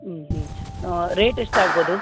ಹ್ಞೂ ಹ್ಞೂ ರೇಟ್ ಎಷ್ಟು ಆಗ್ಬೋದು